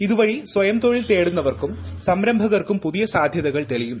ഇതുവഴി സ്വയം തൊഴിൽ തേട്ടുന്നവർക്കും സംരംഭകർക്കും പുതിയ സാധ്യതകൾ തെളിയും